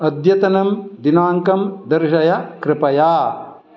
अद्यतनं दिनाङ्कं दर्शय कृपया